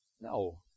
No